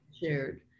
shared